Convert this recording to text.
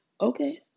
Okay